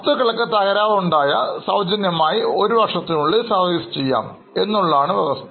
വസ്തുക്കൾക്ക് തകരാറുണ്ടായാൽ സൌജന്യമായി ഒരു വർഷത്തിനുള്ളിൽ service ചെയ്യാം എന്നുള്ളതാണ് വ്യവസ്ഥ